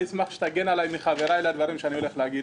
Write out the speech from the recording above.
אני אשמח שתגן עליי מחבריי בשל הדברים שאני הולך לומר,